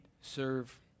serve